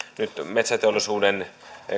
nyt metsäteollisuuden